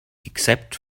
except